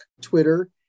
Twitter